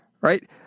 right